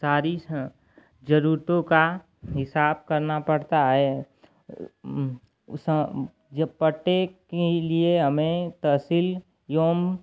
सारी ज़रूरतों का हिसाब करना पड़ता है वह सब जब प्रत्येक के लिए हमें तहसील एवं